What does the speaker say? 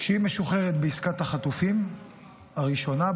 כשהיא משוחררת בעסקת החטופים הראשונה,